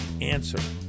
answer